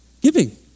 giving